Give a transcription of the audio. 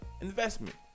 investment